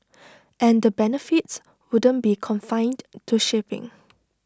and the benefits wouldn't be confined to shipping